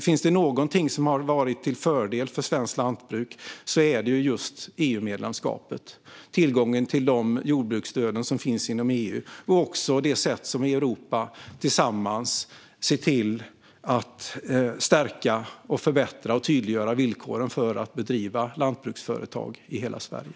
Finns det någonting som har varit till fördel för svenskt lantbruk är det just EU-medlemskapet och tillgången till de jordbruksstöd som finns inom EU och också det sätt som Europa tillsammans ser till att stärka, förbättra och tydliggöra villkoren för att bedriva lantbruksföretag i hela Sverige.